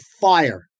fire